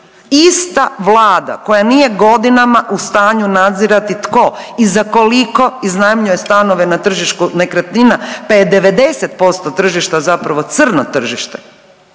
Ista Vlada koja nije godinama u stanju nadzirati tko i za koliko iznajmljuje stanove na tržištu nekretnina pa je 90% tržišta zapravo crno tržište.